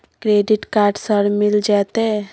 Credit card sir मिल जेतै?